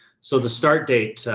so the start date, ah,